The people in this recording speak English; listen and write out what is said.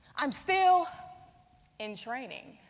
i'm still in training.